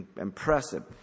Impressive